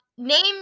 Name